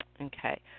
Okay